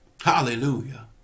hallelujah